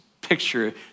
picture